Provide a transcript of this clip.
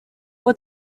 abo